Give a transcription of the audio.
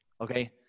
Okay